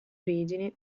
origini